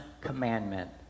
commandment